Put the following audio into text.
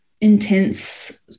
intense